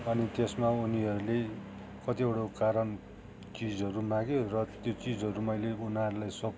अनि त्यसमा उनीहरूले कतिवटा कारण चिजहरू माग्यो र त्यो चिजहरू मैले उनीहरूलाई सब